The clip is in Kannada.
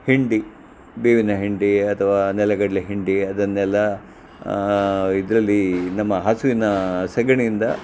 ಹಿಂಡಿ ಬೇವಿನ ಹಿಂಡಿ ಅಥವಾ ನೆಲಗಡಲೆ ಹಿಂಡಿ ಅದನ್ನೆಲ್ಲ ಇದ್ರಲ್ಲಿ ನಮ್ಮ ಹಸುವಿನ ಸಗಣಿಯಿಂದ